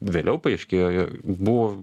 vėliau paaiškėjo buvo